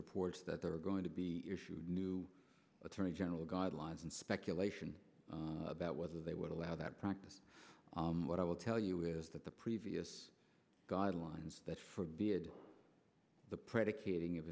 reports that there are going to be new attorney general guidelines and speculation about whether they would allow that practice what i will tell you is that the previous guidelines that forbid the predicat